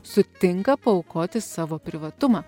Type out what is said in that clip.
sutinka paaukoti savo privatumą